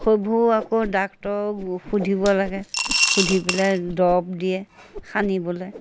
সেইবোৰো আকৌ ডাক্টৰক সুধিব লাগে সুধি পেলাই দৰব দিয়ে সানিবলৈ